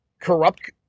corrupt